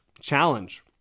challenge